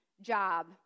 job